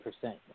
percent